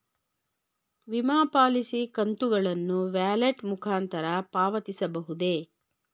ವಿಮಾ ಪಾಲಿಸಿ ಕಂತುಗಳನ್ನು ವ್ಯಾಲೆಟ್ ಮುಖಾಂತರ ಪಾವತಿಸಬಹುದೇ?